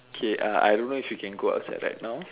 okay uh I don't know if you can go outside right now